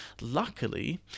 luckily